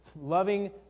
loving